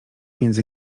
między